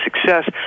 success